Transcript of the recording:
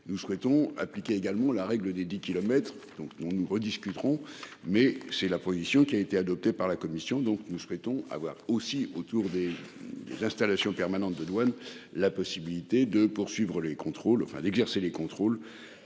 Nous souhaitons appliquer également la règle des 10 kilomètres, donc nous nous rediscuterons mais c'est la position qui a été adopté par la commission. Donc nous souhaitons avoir aussi autour des des installations permanentes de douane la possibilité de poursuivre les contrôles enfin d'exercer les contrôles.